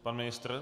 Pan ministr?